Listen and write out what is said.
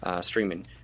streaming